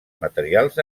materials